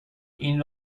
این